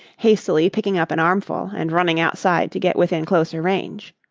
hastily picking up an armful and running outside to get within closer range.